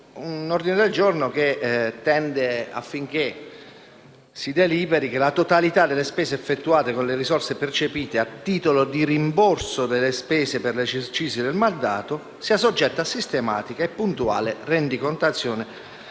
Questori a deliberare affinché la totalità delle spese effettuate con le risorse percepite a titolo di «rimborso delle spese per l'esercizio del mandato» sia soggetta a sistematica e puntuale rendicontazione